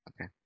Okay